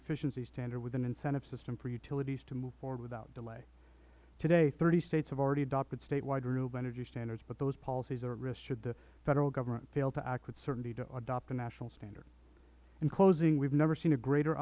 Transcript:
efficiency standard with an incentive system for utilities to move forward without delay today thirty states have already adopted statewide renewable energy standards but those policies are at risk should the federal government fail to act with certainty to adopt a national standard in closing we have never seen a greater